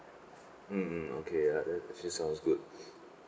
mm mm okay uh that actually sounds good